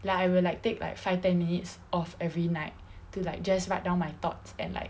ya I will like take like five ten minutes of every night to like just write down my thoughts and like